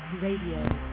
Radio